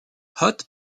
hot